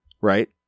right